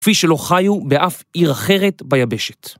כפי שלא חיו באף עיר אחרת ביבשת.